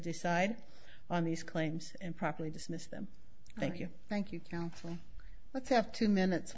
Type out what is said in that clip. decide on these claims improperly dismissed them thank you thank you counsel let's have two minutes